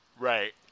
Right